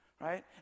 right